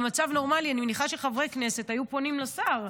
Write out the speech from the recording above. במצב נורמלי אני מניחה שחברי כנסת היו פונים לשר,